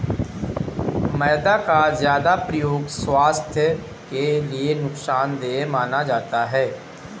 मैदा का ज्यादा प्रयोग स्वास्थ्य के लिए नुकसान देय माना जाता है